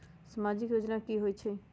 समाजिक योजना की होई छई?